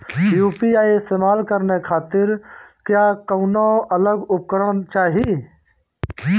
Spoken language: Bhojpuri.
यू.पी.आई इस्तेमाल करने खातिर क्या कौनो अलग उपकरण चाहीं?